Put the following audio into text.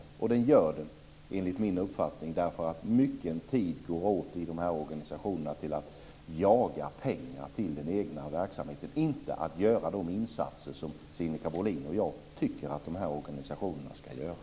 Det gör den, enligt min uppfattning, därför att mycket tid i de här organisationerna går åt till att jaga pengar till den egna verksamheten i stället för att göra de insatser som Sinikka Bohlin och jag tycker att de ska göra.